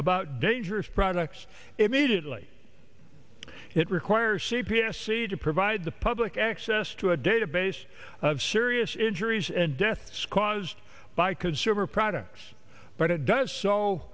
about dangerous products immediately it requires c p s see to provide the public access to a database of serious injuries and deaths caused by consumer products but it does so